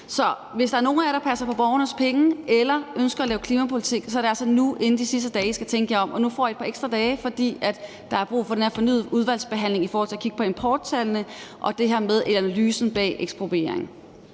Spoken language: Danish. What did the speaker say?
Så hvis der er nogen af jer, der passer på borgernes penge eller ønsker at lave klimapolitik, er det altså nu inden den sidste dag, at I skal tænke jer om. Nu får I et par ekstra dage, fordi der er brug for den her fornyede udvalgsbehandling i forhold til at kigge på importtallene og på det med analysen bag ekspropriering.